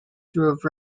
through